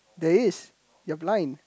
there is they're blind